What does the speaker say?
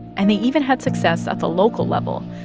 and they even had success at the local level.